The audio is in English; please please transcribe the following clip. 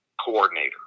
coordinator